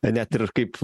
net ir kaip